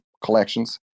Collections